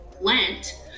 lent